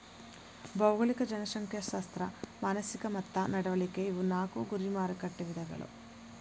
ಭೌಗೋಳಿಕ ಜನಸಂಖ್ಯಾಶಾಸ್ತ್ರ ಮಾನಸಿಕ ಮತ್ತ ನಡವಳಿಕೆ ಇವು ನಾಕು ಗುರಿ ಮಾರಕಟ್ಟೆ ವಿಧಗಳ